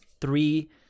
Three